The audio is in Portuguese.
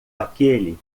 aquele